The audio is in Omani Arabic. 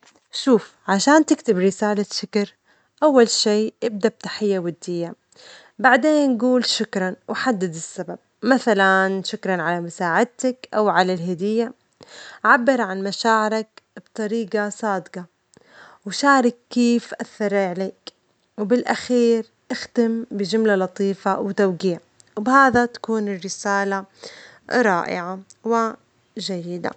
شوف، عشان تكتب رسالة شكر، أول شي إبدأ بتحية ودية، بعدين جول شكراً وحدد السبب، مثلاً شكراً على مساعدتك أو على الهدية، عبّر عن مشاعرك بطريقة صادجة، وشارك كيف أثّر عليك. وبالآخير، اختم بجملة لطيفة وتوجيع، وبهذا تكون الرسالة رائعة وجيدة.